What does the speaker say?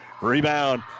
Rebound